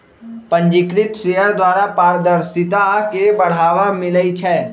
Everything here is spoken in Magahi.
पंजीकृत शेयर द्वारा पारदर्शिता के बढ़ाबा मिलइ छै